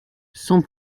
son